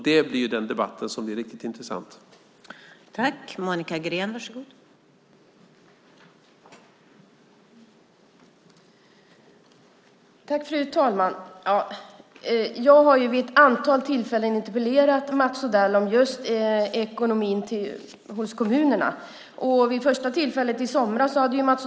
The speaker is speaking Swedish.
Det kommer att bli den riktigt intressanta debatten.